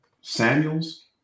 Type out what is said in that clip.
Samuels